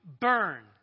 burn